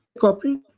Copy